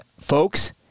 folks